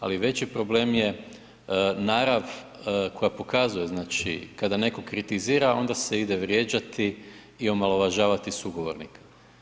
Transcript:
Ali veći problem je narav koja pokazuje kada netko kritizira onda se ide vrijeđati i omalovažavati sugovornika.